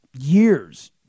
years